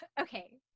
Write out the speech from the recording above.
okay